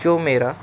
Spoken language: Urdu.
جو میرا